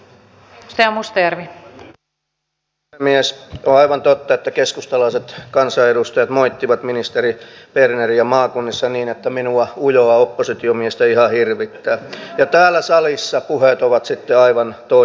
tuo on aivan totta että keskustalaiset kansanedustajat moittivat ministeri berneriä maakunnissa niin että minua ujoa oppositiomiestä ihan hirvittää ja täällä salissa puheet ovat sitten aivan toisenlaisia